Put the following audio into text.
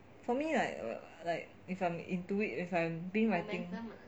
for me like like if I'm into it if I'm being my thing